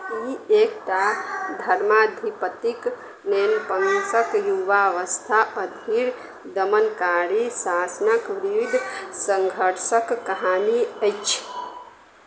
ई एकटा धर्माधिपतिक नेनपनसँ युवावस्था धरि दमनकारी शासनक विरुद्ध सङ्घर्षक कहानी अछि